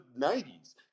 90s